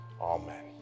amen